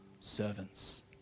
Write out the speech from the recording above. Servants